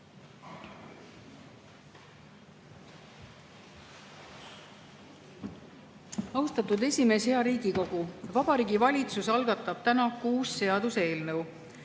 Austatud esimees! Hea Riigikogu! Vabariigi Valitsus algatab täna kuus seaduseelnõu.